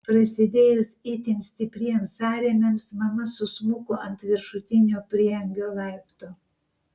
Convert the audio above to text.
prasidėjus itin stipriems sąrėmiams mama susmuko ant viršutinio prieangio laipto